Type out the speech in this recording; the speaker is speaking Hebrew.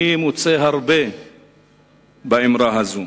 אני מוצא הרבה באמרה הזאת,